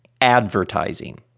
advertising